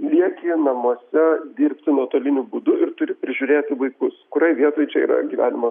lieki namuose dirbti nuotoliniu būdu ir turi prižiūrėti vaikus kurioj vietoj čia yra gyvenimo